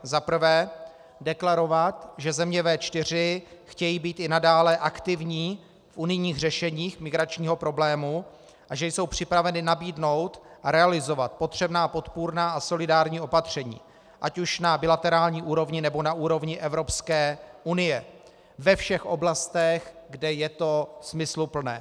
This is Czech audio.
Za prvé deklarovat, že země V4 chtějí být i nadále aktivní v unijních řešeních migračního problému a že jsou připraveny nabídnout a realizovat potřebná podpůrná a solidární opatření ať už na bilaterální úrovni, nebo na úrovni Evropské unie ve všech oblastech, kde je to smysluplné.